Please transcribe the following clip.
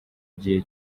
gihe